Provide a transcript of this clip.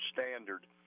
standard